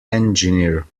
engineer